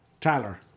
Tyler